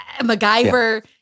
MacGyver